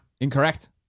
incorrect